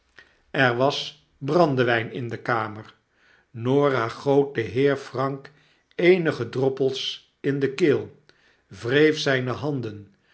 er was brandewijn in de kamer norah goot den heer frank eenige droppels in de keel wreef zijne handen